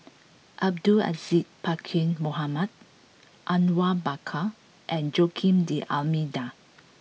Abdul Aziz Pakkeer Mohamed Awang Bakar and Joaquim D'almeida